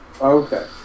Okay